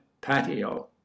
patio